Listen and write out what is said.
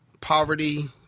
poverty